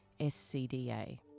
SCDA